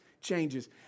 changes